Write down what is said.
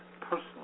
personally